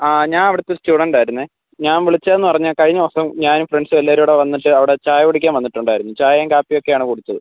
ആ ഞാൻ അവിടുത്തെ സ്റ്റുഡൻ്റായിരുന്നു ഞാൻ വിളിച്ചതെന്ന് പറഞ്ഞാൽ കഴിഞ്ഞ ദിവസം ഞാനും ഫ്രണ്ട്സും എല്ലാരൂടെ വന്നിട്ട് അവിടെ ചായ കുടിക്കാൻ വന്നിട്ടുണ്ടായിരുന്നു ചായയും കാപ്പിയൊക്കെയാണ് കുടിച്ചത്